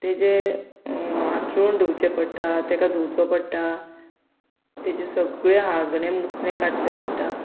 तेजें हातरून धुवचें पडटा ताका धुवचो पडटा तेजें सगळें हागणें मुतणें काडचें पडटा